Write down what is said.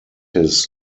his